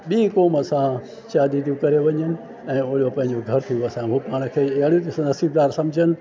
ॿी क़ौम सां शादियूं थियूं करे वञनि ऐं उहे पंहिंजो घर थियूं वसाइनि उहे पाण खे अहिड़े नसीबदार त सम्झनि